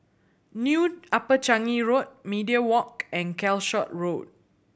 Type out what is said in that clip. New Upper Changi Road Media Walk and Calshot Road